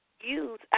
use